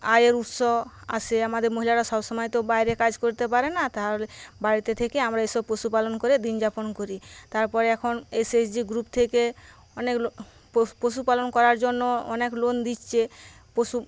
আয় উৎসও আসে আমাদের মহিলারা সবসময়ে তো বাইরে কাজ করতে পারেনা বাড়িতে থেকে আমারা এসব পশুপালন করে দিন যাপন করি তারপরে এখন এসে যে গ্রুপ থেকে অনেক পশুপালন করার জন্য অনেক লোন দিচ্ছে পশু